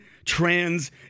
Trans